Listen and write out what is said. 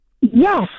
Yes